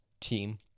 team